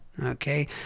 Okay